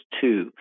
two